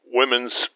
women's